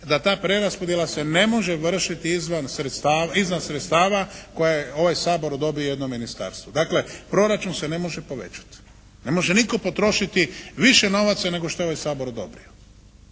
da ta preraspodjela se ne može vršiti izvan sredstava koja ovaj Sabor odobri jednom Ministarstvu. Dakle proračun se ne može povećati. Ne može nitko potrošiti više novaca nego što je ovaj Sabor odobrio.